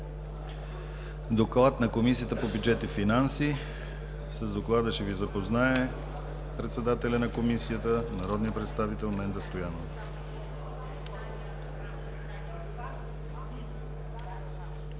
доклада на Комисията по бюджет и финанси ще Ви запознае председателят на Комисията народният представител Менда Стоянова.